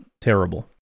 terrible